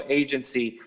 agency